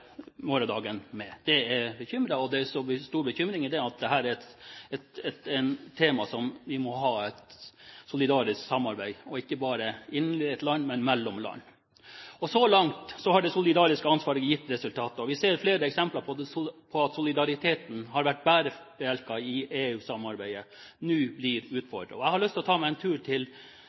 med. Det er så bekymringsfullt at det er tema som vi må ha et solidarisk samarbeid om, ikke bare innen et land, men også mellom land. Så langt har det solidariske ansvaret gitt resultater. Men vi ser flere eksempler på at solidariteten, som vært bærebjelken i EU-samarbeidet, nå blir utfordret. Jeg har lyst til å ta meg en tur til